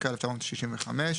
התשכ"ה 1965,